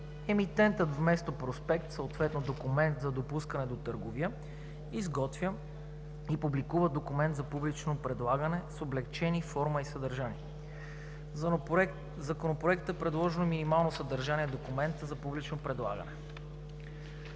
емитентът вместо проспект, съответно документ за допускане до търговия, изготвя и публикува документ за публично предлагане с облекчени форма и съдържание. В Законопроекта е предложено минимално съдържание на документа за публично предлагане.